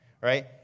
right